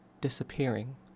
disappearing